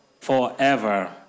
forever